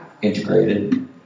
integrated